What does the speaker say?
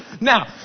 Now